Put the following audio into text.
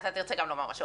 בבקשה.